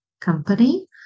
company